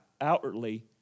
outwardly